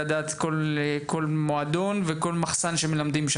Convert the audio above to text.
מועדון ומחסן שבהם מלמדים,